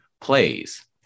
plays